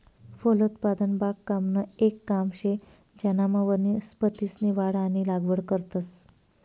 फलोत्पादन बागकामनं येक काम शे ज्यानामा वनस्पतीसनी वाढ आणि लागवड करतंस